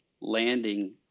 landing